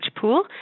pool